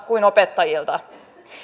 kuin opettajilta